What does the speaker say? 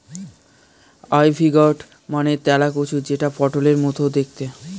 ivy gourd মানে তেলাকুচা যেটা পটলের মতো দেখতে